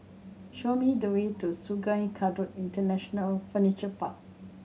show me the way to Sungei Kadut International Furniture Park